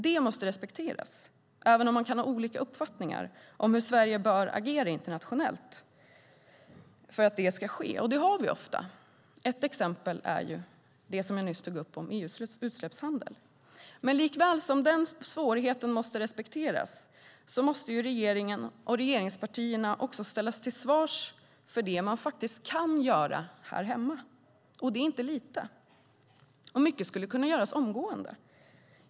Det måste respekteras, även om man kan ha olika uppfattningar om hur Sverige bör agera internationellt för att det ska ske. Det har vi ofta. Ett exempel tog jag nyss upp, nämligen EU:s utsläppshandel. Men likaväl som den svårigheten måste respekteras måste regeringen, och regeringspartierna, också ställas till svars för det som faktiskt kan göras här hemma. Och det är inte lite. Mycket skulle kunna göras omgående.